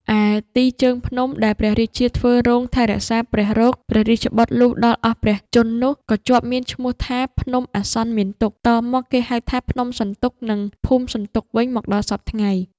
ឯទីជើងភ្នំដែលព្រះរាជាធ្វើរោងថែរក្សាព្រះរោគព្រះរាជបុត្រលុះដល់អស់ព្រះជន្មនោះ ក៏ជាប់មានឈ្មោះថា ភ្នំអាសន្នមានទុក្ខ តមកគេហៅថា ភ្នំសន្ទុក និង ភូមិសន្ទុក វិញមកដល់សព្វថ្ងៃ ។